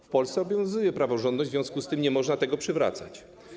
W Polsce obowiązuje praworządność, w związku z czym nie można tego przywracać.